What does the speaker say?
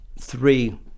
three